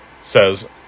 says